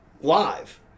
live